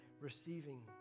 receiving